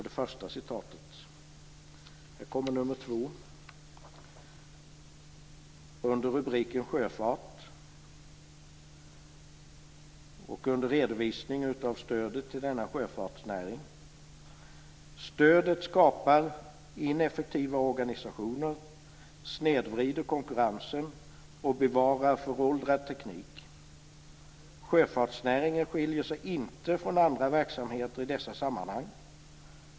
Det andra citatet under rubriken Redovisning av stödet för sjöfartsnäringen: "Stödet skapar ineffektiva organisationer, snedvrider konkurrensen och bevarar föråldrad teknik. Sjöfartsnäringen skiljer sig inte från andra verksamheter i dessa sammanhang.